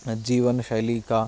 जीवनशैली का